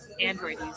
Android